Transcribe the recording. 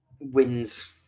wins